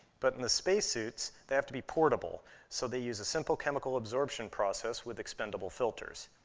but in the space suits, they have to be portable, so they use a simple chemical-absorption process with expendable filters.